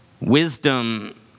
Wisdom